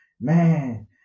Man